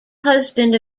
husband